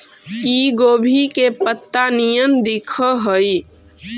इ गोभी के पतत्ता निअन दिखऽ हइ